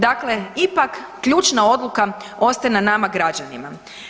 Dakle, ipak ključna odluka ostaje na nama građanima.